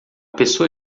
pessoa